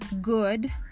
good